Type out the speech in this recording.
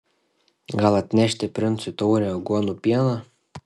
gal atnešti princui taurę aguonų pieno